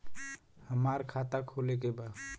हमार खाता खोले के बा?